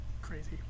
crazy